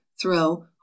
throw